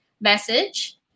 Message